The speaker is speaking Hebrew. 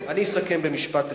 אני אסכם במשפט אחד.